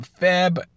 feb